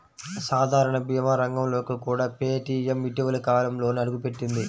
సాధారణ భీమా రంగంలోకి కూడా పేటీఎం ఇటీవలి కాలంలోనే అడుగుపెట్టింది